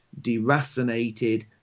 deracinated